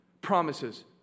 promises